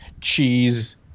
cheese